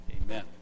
amen